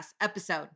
episode